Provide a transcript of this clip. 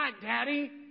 Daddy